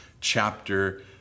chapter